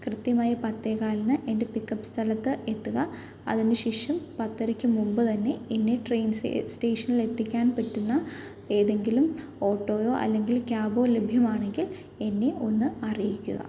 കൃത്യമായി പത്തേ കാലിന് എൻ്റെ പിക്കപ്പ് സ്ഥലത്ത് എത്തുക അതിന് ശേഷം പത്തരയ്ക്ക് മുമ്പ് തന്നെ എന്നെ ട്രെയിൻ സ്റ്റേ സ്റ്റേഷനിലെത്തിക്കാൻ പറ്റുന്ന ഏതെങ്കിലും ഓട്ടോയോ അല്ലെങ്കിൽ ക്യാബോ ലഭ്യമാണെങ്കിൽ എന്നെ ഒന്ന് അറിയിക്കുക